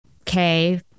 Okay